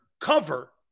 cover